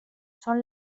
són